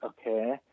okay